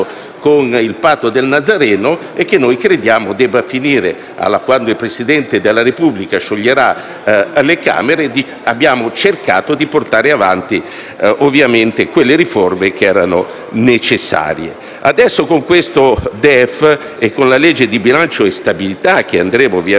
Grazie a tutta